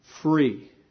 Free